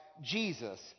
Jesus